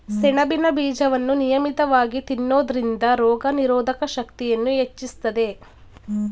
ಸೆಣಬಿನ ಬೀಜವನ್ನು ನಿಯಮಿತವಾಗಿ ತಿನ್ನೋದ್ರಿಂದ ರೋಗನಿರೋಧಕ ಶಕ್ತಿಯನ್ನೂ ಹೆಚ್ಚಿಸ್ತದೆ